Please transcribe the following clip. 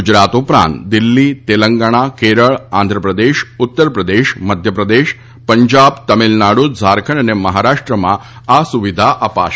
ગુજરાત ઉપરાંત દિલ્હી તેલંગણા કેરળ આંધ્રપ્રદેશ ઉત્તરપ્રદેશ મધ્યપ્રદેશ પંજાબ તમિલનાડુ ઝારખંડ અને મહારાષ્ટ્રમાં આ સુવિધા અપાશે